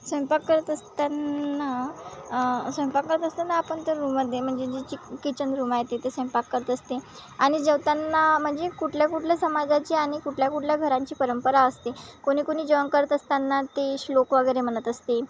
स्वयंपाक करत असताना स्वयंपाक करत असताना आपण तर रूममध्ये म्हणजे जे चिक किचन रूम आहे तिथं स्वयंपाक करत असते आणि जेवताना म्हणजे कुठल्या कुठल्या समाजाची आणि कुठल्या कुठल्या घरांची परंपरा असते कोणी कोणी जेवण करत असताना ते श्लोक वगैरे म्हणत असते